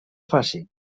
faci